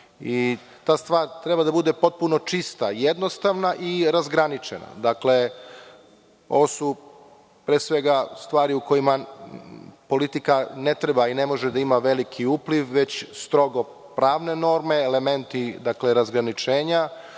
Ta stvar treba da bude potpuno čista i jednostavna i razgraničena. Ovo su pre svega stvari u koje politika ne treba i ne može da ima veliki upliv, već strogo pravne norme, elementi razgraničenja